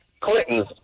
Clintons